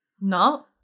No